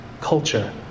culture